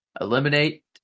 eliminate